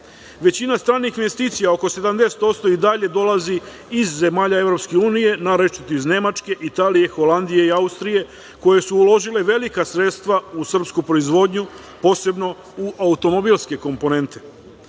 raste. Većina stranih investicija, oko 70%, i dalje dolazi iz zemalja EU, naročito iz Nemačke, Italije, Holandije i Austrije koje su uložile velika sredstva u srpsku proizvodnju, posebno u automobilske komponente. Američke